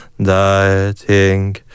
dieting